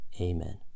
Amen